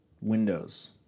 Windows